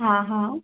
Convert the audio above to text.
हा हा